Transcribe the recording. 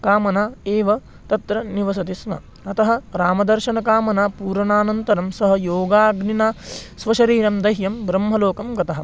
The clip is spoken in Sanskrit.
कामना एव तत्र निवसति स्म अतः रामदर्शनकामना पूरणानन्तरं सः योगाग्निना स्वशरीरं दह्यं ब्रह्मलोकं गतः